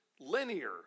linear